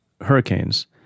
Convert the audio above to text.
hurricanes